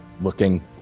looking